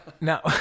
No